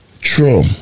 True